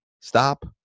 stop